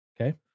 okay